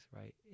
right